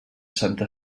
santa